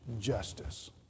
justice